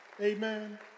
Amen